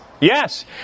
Yes